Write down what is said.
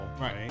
right